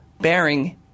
bearing